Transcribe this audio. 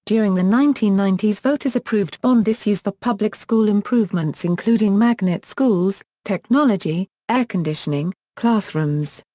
during the nineteen ninety s voters approved bond issues for public school improvements including magnet schools, technology, air conditioning, classrooms,